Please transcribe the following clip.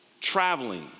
Traveling